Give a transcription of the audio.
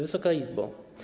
Wysoka Izbo!